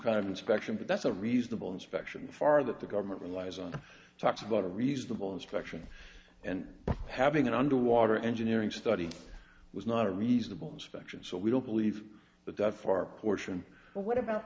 kind of inspection but that's a reasonable inspection far that the government relies on talks about a reasonable inspection and having an underwater engineering study was not a reasonable inspection so we don't believe that that far portion but what about